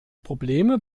probleme